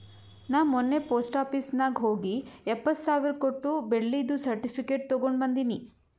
ನಾ ಮೊನ್ನೆ post office ನಾಗ್ ಹೋಗಿ ಎಪ್ಪತ್ ಸಾವಿರ್ ಕೊಟ್ಟು ಬೆಳ್ಳಿದು ಸರ್ಟಿಫಿಕೇಟ್ ತಗೊಂಡ್ ಬಂದಿನಿ